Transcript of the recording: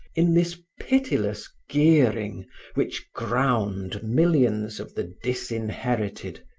in this pitiless gearing which ground millions of the disinherited,